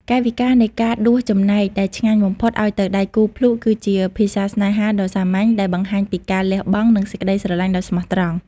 កាយវិការនៃការដួសចំណែកដែលឆ្ងាញ់បំផុតឱ្យទៅដៃគូភ្លក់ គឺជាភាសាស្នេហាដ៏សាមញ្ញដែលបង្ហាញពីការលះបង់ និងសេចក្ដីស្រឡាញ់ដ៏ស្មោះត្រង់។